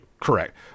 Correct